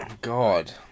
God